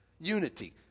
Unity